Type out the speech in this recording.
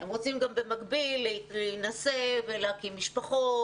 הם רוצים גם במקביל להינשא ולהקים משפחות